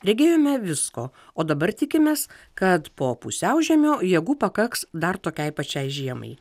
regėjome visko o dabar tikimės kad po pusiaužiemio jėgų pakaks dar tokiai pačiai žiemai